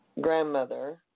grandmother